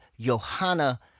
Johanna